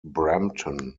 brampton